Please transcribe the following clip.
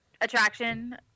attraction